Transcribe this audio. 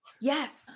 Yes